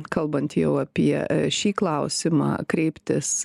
kalbant jau apie šį klausimą kreiptis